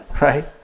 right